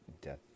Death